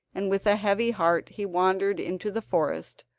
and with a heavy heart he wandered into the forest,